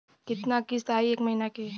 कितना किस्त आई एक महीना के?